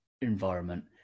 environment